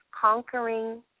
conquering